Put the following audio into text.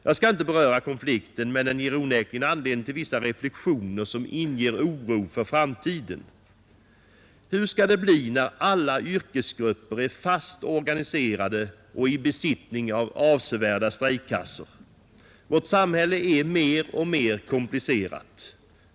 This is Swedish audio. Jag skall inte beröra konflikten, men den ger onekligen anledning till vissa reflexioner som inger oro för framtiden. Hur skall det bli när alla yrkesgrupper är fast organiserade och i besittning av avsevärda strejkkassor? Vårt samhälle blir mer och mer komplicerat.